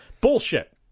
Bullshit